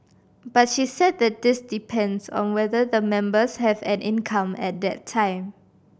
but she said that this depends on whether the members have an income at that time